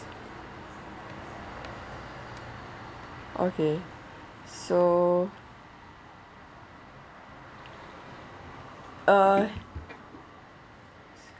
okay so uh